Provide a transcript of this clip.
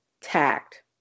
tact